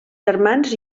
germans